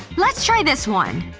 let's try this one.